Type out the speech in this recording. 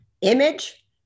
image